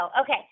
okay